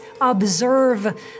observe